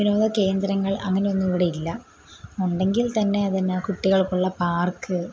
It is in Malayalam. വിനോദ കേന്ദ്രങ്ങൾ അങ്ങനെ ഒന്നും ഇവിടെ ഇല്ല ഉണ്ടെങ്കിൽ തന്നെ അതിന് കുട്ടികൾക്കുള്ള പാർക്ക്